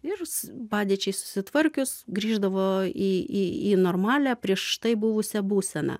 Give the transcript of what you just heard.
ir padėčiai susitvarkius grįždavo į į į normalią prieš tai buvusią būseną